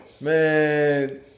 Man